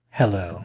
hello